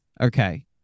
Okay